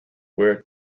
where